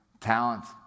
talents